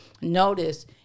notice